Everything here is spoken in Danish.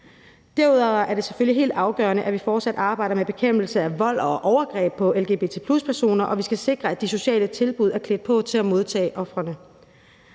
fortsat arbejder med bekæmpelse af vold og overgreb på lgbt+-personer, og vi skal sikre, at de sociale tilbud er klædt på til at modtage ofrene.